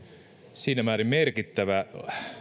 siinä määrin merkittävä